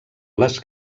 les